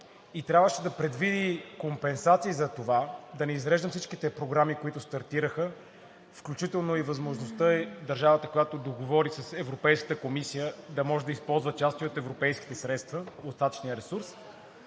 и трябваше да предвиди компенсации затова – да не изреждам всичките програми, които стартираха, включително и възможността държавата, която договори с Европейската комисия, да може да използва части от европейските средства – остатъчния ресурс,